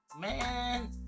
man